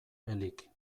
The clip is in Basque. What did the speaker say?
elik